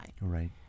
Right